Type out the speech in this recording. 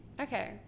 Okay